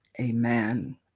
amen